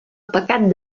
pecat